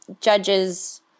judges